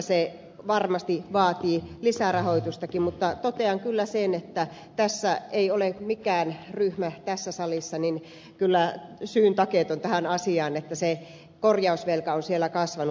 se varmasti vaatii lisärahoitustakin mutta totean kyllä sen että tässä salissa ei ole mikään ryhmä syyntakeeton tähän asiaan että se korjausvelka on siellä kasvanut